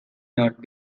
not